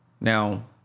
Now